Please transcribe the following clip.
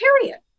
Period